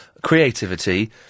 creativity